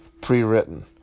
pre-written